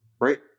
right